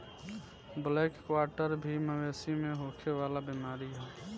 black quarter भी मवेशी में होखे वाला बीमारी ह